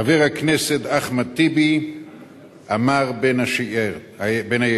חבר הכנסת אחמד טיבי אמר בין היתר: